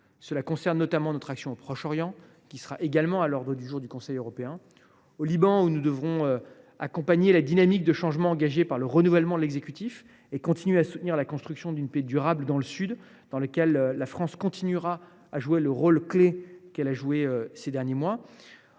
Cela concerne notamment notre action au Proche Orient, qui sera également à l’ordre du jour du Conseil européen. Au Liban, nous devons accompagner la dynamique de changement engagée par le renouvellement de l’exécutif et continuer à soutenir la construction d’une paix durable dans le sud. La France continuera à jouer dans ce processus le rôle clé qu’elle a joué ces derniers mois.